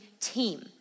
team